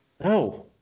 No